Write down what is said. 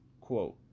quote